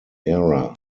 era